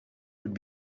would